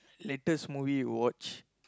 latest movie you watched